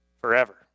Forever